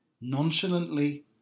Nonchalantly